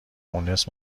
مونس